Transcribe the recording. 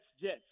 Jets